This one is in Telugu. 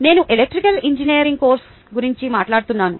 నేను ఎలక్ట్రికల్ ఇంజనీరింగ్ కోర్సు గురించి మాట్లాడుతున్నాను